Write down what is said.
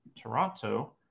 Toronto